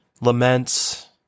laments